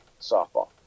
softball